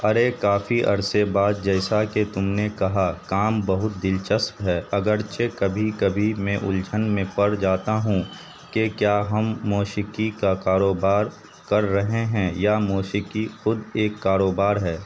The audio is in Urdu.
ارے کافی عرصے بعد جیسا کہ تم نے کہا کام بہت دلچسپ ہے اگرچہ کبھی کبھی میں الجھن میں پڑ جاتا ہوں کہ کیا ہم موسیقی کا کاروبار کر رہے ہیں یا موسیقی خود ایک کاروبار ہے